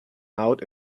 out